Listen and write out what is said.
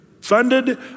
funded